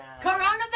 coronavirus